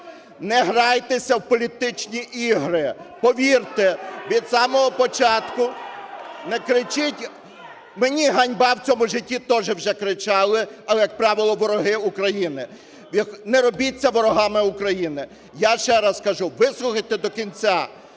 Не грайтеся в політичні ігри. Повірте, від самого початку… (Шум у залі) Не кричіть, мені "ганьба" в цьому житті тоже вже кричали, але, як правило, вороги України. Не робіться ворогами України. Я ще раз кажу, вислухайте до кінця.